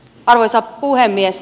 arvoisa puhemies